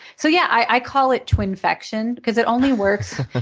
so yeah, i call it twinfection, because it only works